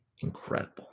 Incredible